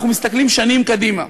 אנחנו מסתכלים שנים קדימה,